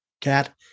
Cat